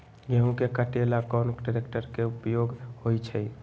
गेंहू के कटे ला कोंन ट्रेक्टर के उपयोग होइ छई?